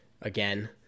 again